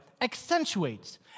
accentuates